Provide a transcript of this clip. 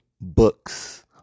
books